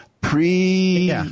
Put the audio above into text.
pre